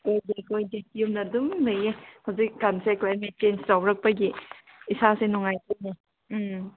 ꯀꯣꯏꯗꯦ ꯀꯣꯏꯗꯦ ꯌꯨꯝꯗ ꯑꯗꯨꯝ ꯂꯩꯌꯦ ꯍꯧꯖꯤꯛ ꯀꯥꯟꯁꯦ ꯀ꯭ꯂꯥꯏꯃꯦꯠ ꯆꯦꯟꯖ ꯇꯧꯔꯛꯄꯒꯤ ꯏꯁꯥꯁꯦ ꯅꯨꯡꯉꯥꯏꯇꯕ ꯎꯝ